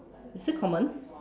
is it common